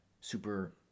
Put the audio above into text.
super